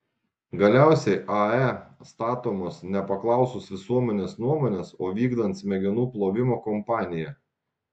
galiausiai ae statomos nepaklausus visuomenės nuomonės o vykdant smegenų plovimo kampaniją